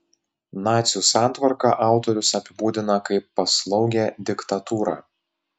nacių santvarką autorius apibūdina kaip paslaugią diktatūrą